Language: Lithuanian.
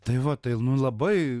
tai va tai labai